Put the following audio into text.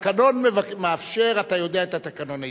התקנון מאפשר, אתה יודע את התקנון היטב.